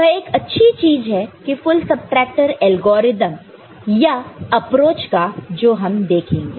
यह एक अच्छी चीज है फुल सबट्रैक्टर एल्गोरिदम या अप्रोच का जो हम देखेंगे